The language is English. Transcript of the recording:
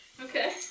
Okay